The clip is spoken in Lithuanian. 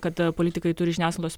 kad politikai turi žiniasklaidos